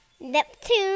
Neptune